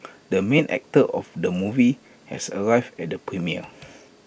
the main actor of the movie has arrived at the premiere